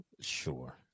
sure